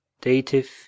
Dative